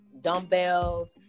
dumbbells